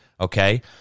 okay